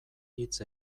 hitz